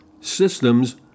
Systems